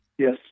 Yes